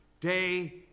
day